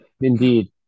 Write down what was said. Indeed